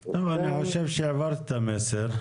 טוב, אני חושב שהעברת את המסר.